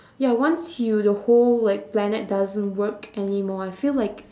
ya once you the whole like planet doesn't work anymore I feel like